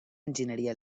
enginyeria